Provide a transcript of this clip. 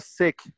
sick